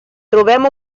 trobem